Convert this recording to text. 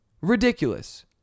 Ridiculous